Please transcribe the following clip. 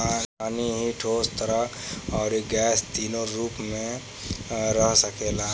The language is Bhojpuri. पानी ही ठोस, तरल, अउरी गैस तीनो रूप में रह सकेला